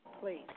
Please